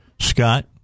Scott